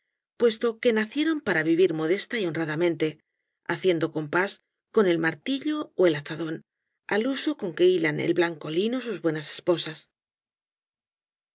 puesto que nacieron para vivir modesta y honradamente haciendo compás con el martillo ó el azadón al huso con que hilan el blanco lino sus buenas esposas